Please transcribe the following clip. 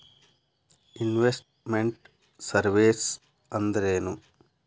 Invest made surveys ಅಂದ್ರೇನು?